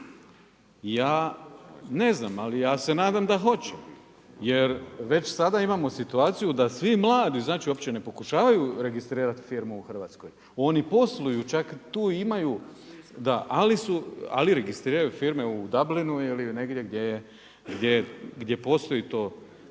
ja ne znam ali ja se nadam da hoće. Jer već sada imamo situaciju da svi mladi, znači uopće ne pokušavaju registrirati firmu u Hrvatskoj. Oni posluju, čak tu imaju, ali registriraju firme u Dublinu ili negdje gdje postoji to